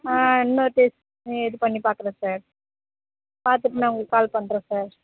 ஆ இன்னொரு டெஸ்ட் இது பண்ணி பார்க்கறேன் சார் பார்த்துட்டு நான் உங்களுக்கு கால் பண்ணுறேன் சார்